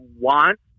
want